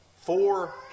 four